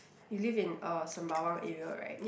you live in uh Sembawang area right